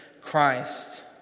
christ